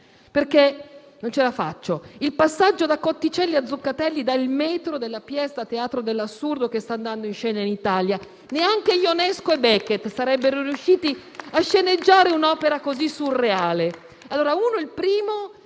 perché non ce la faccio più: il passaggio da Cotticelli a Zuccatelli dà il metro della *pièce* da teatro dell'assurdo che sta andando in scena in Italia. Neanche Ionesco e Beckett sarebbero riusciti a sceneggiare un'opera così surreale.